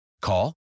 Call